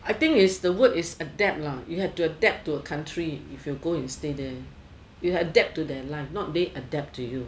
I think it's the word is adapt lah you have to adapt to a country if you go to stay there you have to adapt to their life not they adapt to you